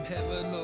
Heaven